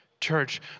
Church